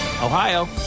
Ohio